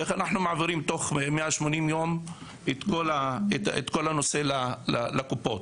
איך אנחנו מעבירים תוך 180 יום את כל הנושא לקופות?